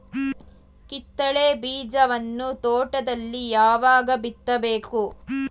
ಕಿತ್ತಳೆ ಬೀಜವನ್ನು ತೋಟದಲ್ಲಿ ಯಾವಾಗ ಬಿತ್ತಬೇಕು?